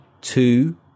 two